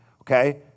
okay